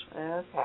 Okay